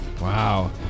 Wow